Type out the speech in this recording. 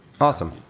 Awesome